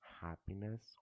happiness